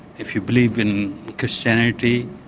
if you believe in christianity,